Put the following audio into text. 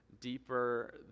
deeper